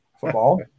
football